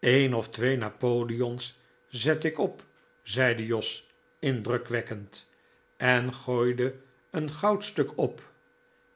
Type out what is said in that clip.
een of twee napoleons zet ik op zeide jos indrukwekkend en gooide een goudstuk op